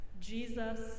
Jesus